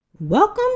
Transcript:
Welcome